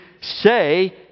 say